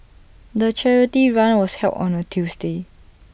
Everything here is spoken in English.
the charity run was held on A Tuesday